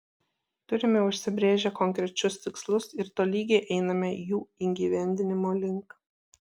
turime užsibrėžę konkrečius tikslus ir tolygiai einame jų įgyvendinimo link